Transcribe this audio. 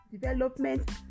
development